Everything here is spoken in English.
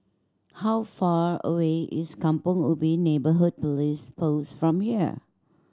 how far away is Kampong Ubi Neighbourhood Police Post from here